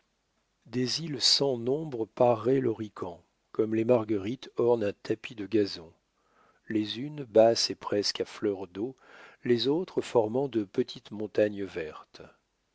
des îles sans nombre paraient l'horican comme les marguerites ornent un tapis de gazon les unes basses et presque à fleur d'eau les autres formant de petites montagnes vertes